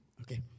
Okay